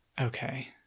Okay